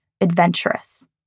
adventurous